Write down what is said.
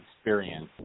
experience